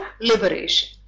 liberation